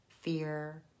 fear